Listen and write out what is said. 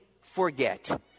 forget